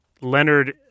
Leonard